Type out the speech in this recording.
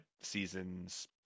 Seasons